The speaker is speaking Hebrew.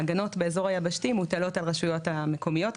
ההגנות באזור היבשתי מוטלות על הרשויות המקומיות,